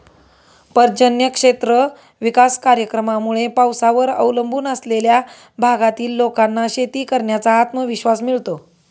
पर्जन्य क्षेत्र विकास कार्यक्रमामुळे पावसावर अवलंबून असलेल्या भागातील लोकांना शेती करण्याचा आत्मविश्वास मिळतो